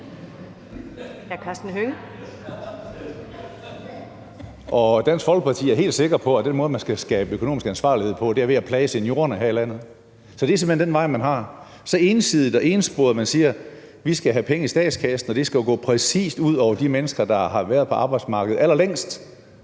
Dansk Folkeparti er helt sikker på, at den måde, man skal skabe økonomisk ansvarlighed på, er ved at plage seniorerne her i landet. Så det er simpelt hen den vej, man går – så ensidigt og ensporet, at man siger: Vi skal have penge i statskassen, og det skal præcis gå ud over de mennesker, der har været på arbejdsmarkedet allerlængst.